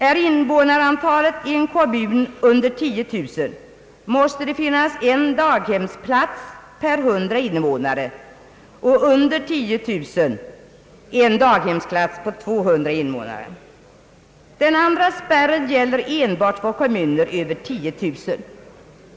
är invånarantalet i en kommun under 10000 måste det finnas en daghemsplats per 100 invånare, och över 10 000 en daghemsplats per 200 invånare. Den andra spärren gäller enbart för kommuner med över 10000 invånare.